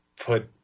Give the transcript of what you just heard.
put